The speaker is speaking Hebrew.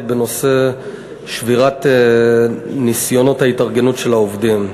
בנושא שבירת ניסיונות ההתארגנות של עובדים.